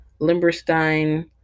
Limberstein